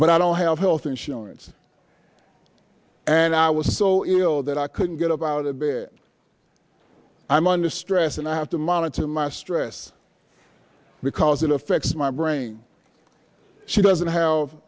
but i don't have health insurance and i was so ill that i couldn't get up out of bed i'm under stress and i have to monitor my stress because it affects my brain she doesn't have